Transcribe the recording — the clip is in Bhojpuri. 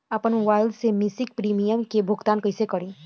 आपन मोबाइल से मसिक प्रिमियम के भुगतान कइसे करि?